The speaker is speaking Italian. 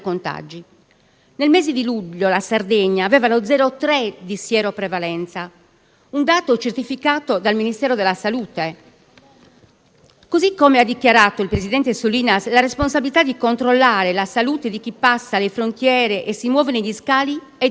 Nel mese di luglio la Sardegna aveva lo 0,3 di sieroprevalenza un dato certificato dal Ministero della salute. Così come ha dichiarato il presidente Solinas, la responsabilità di controllare la salute di chi passa le frontiere e si muove negli scali è del